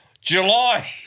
July